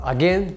Again